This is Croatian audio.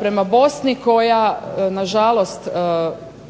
prema Bosni koja nažalost